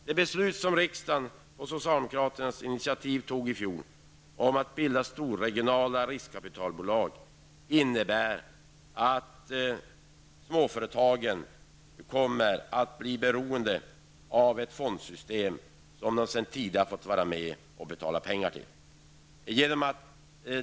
Det beslut som riksdagen på socialdemokraternas initiativ fattade i fjol om att bilda stora regionala riskkapitalbolag innebär att de små företagen kommer att bli beroende av fonder som de tidigare har fått vara med och betala pengar till.